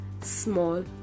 small